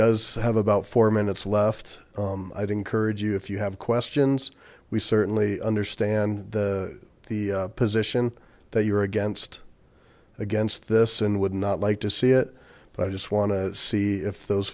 does have about four minutes left i'd encourage you if you have questions we certainly understand the position that you're against against this and would not like to see it but i just want to see if those